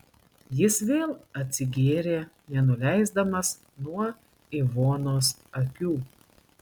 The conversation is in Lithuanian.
jis vėl atsigėrė nenuleisdamas nuo ivonos akių